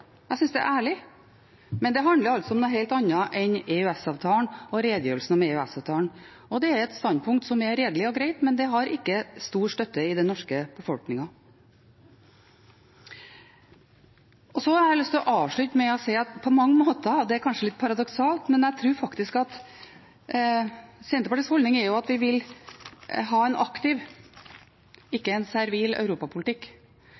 jeg synes det er ærlig. Men det handler altså om noe helt annet enn EØS-avtalen og redegjørelsen om EØS-avtalen, og det er et standpunkt som er redelig og greit, men det har ikke stor støtte i den norske befolkningen. Så har jeg lyst til å avslutte med å si noe som på mange måter kanskje er litt paradoksalt, men som jeg faktisk tror. Senterpartiets holdning er jo at vi vil ha en aktiv